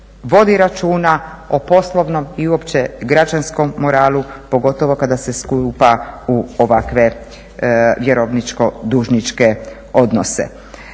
vodi računa o poslovnom i uopće građanskom moralu pogotovo kada se stupa u ovakve vjerovničko-dužničke odnose.